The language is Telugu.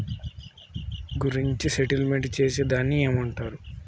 అప్పు గురించి సెటిల్మెంట్ చేసేదాన్ని ఏమంటరు?